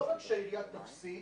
לא רק שהעירייה תפסיד,